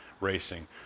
racing